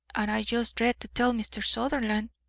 and i just dread to tell mr. sutherland.